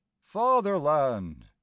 fatherland